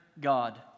God